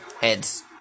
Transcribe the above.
Heads